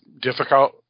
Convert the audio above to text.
difficult